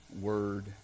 word